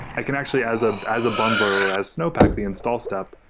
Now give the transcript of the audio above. i can actually, as ah as a bundler or as snowpack, the install step,